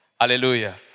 Hallelujah